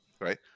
Right